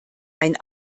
ein